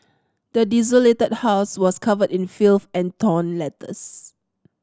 the desolated house was covered in filth and torn letters